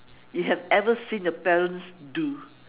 you have ever seen your parents do